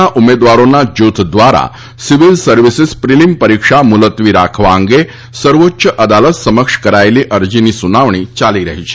ના ઉમેદવારોના જૂથ દ્વારા સિવિલ સર્વિસીસ પ્રિલીમ પરીક્ષા મુલતવી રાખવા અંગે સર્વોચ્ય અદાલત સમક્ષ કરાયેલી અરજીની સુનાવણી ચાલી રહી છે